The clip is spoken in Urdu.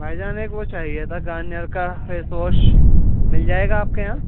بھائی جان ایک وہ چاہیے تھا گارنیئر کا فیس واش مل جائے گا آپ کے یہاں